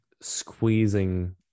squeezing